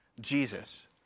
Jesus